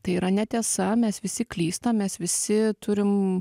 tai yra netiesa mes visi klystam mes visi turim